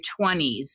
20s